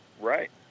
Right